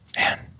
Man